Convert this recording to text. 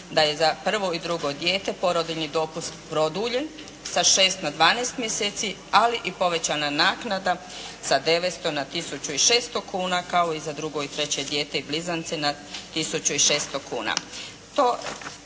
da je za prvo i drugo dijete porodiljni dopust produljen sa 6 na 12 mjeseci ali i povećana naknada sa 900 na 1600 kuna kao i za drugo i treće dijete i blizance na 1600 kuna.